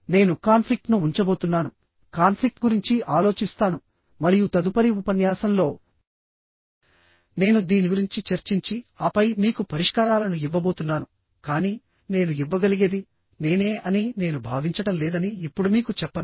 నేను కాన్ఫ్లిక్ట్ ను ఉంచబోతున్నాను కాన్ఫ్లిక్ట్ గురించి ఆలోచిస్తాను మరియు తదుపరి ఉపన్యాసంలోనేను దీని గురించి చర్చించి ఆపై మీకు పరిష్కారాలను ఇవ్వబోతున్నాను కానీ నేను ఇవ్వగలిగేది నేనే అని నేను భావించడం లేదని ఇప్పుడు మీకు చెప్పను